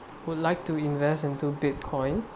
would like to invest into bitcoin